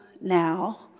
now